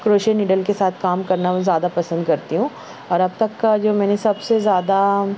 کروشیا needle کے ساتھ کام کرنا زیادہ پسند کرتی ہوں اور اب تک کا جو میں نے سب سے زیادہ